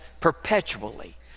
perpetually